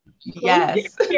Yes